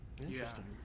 Interesting